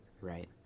right